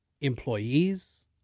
employees